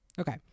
okay